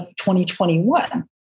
2021